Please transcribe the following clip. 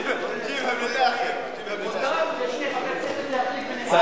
לכן אני מברך על העבודה של המבקר וצוות משרדו.